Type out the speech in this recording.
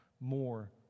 more